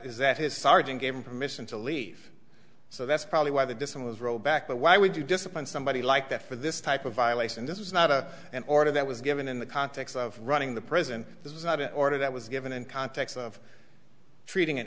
is that his sergeant gave him permission to leave so that's probably why the decision was rolled back but why would you discipline somebody like that for this type of violation this is not a an order that was given in the context of running the prison this is not an order that was given in context of treating an